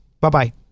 Bye-bye